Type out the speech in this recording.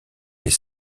les